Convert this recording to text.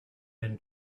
been